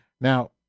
Now